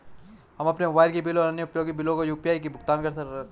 हम अपने मोबाइल के बिल और अन्य उपयोगी बिलों को यू.पी.आई से भुगतान कर रहे हैं